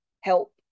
help